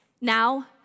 now